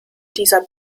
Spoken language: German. dieser